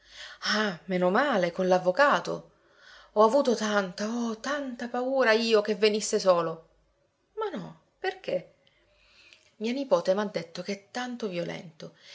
meno male con l'avvocato ho avuto tanta oh tanta paura io che venisse solo ma no perché mia nipote m'ha detto che è tanto violento